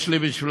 יש לי בשבילך,